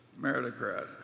meritocrat